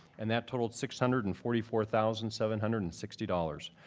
and that totaled six hundred and forty four thousand seven hundred and sixty dollars.